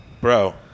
Bro